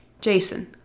Jason